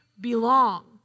belong